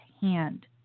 hand